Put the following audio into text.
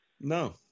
No